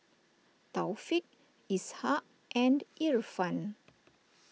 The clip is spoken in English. Taufik Ishak and Irfan